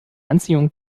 anziehung